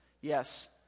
Yes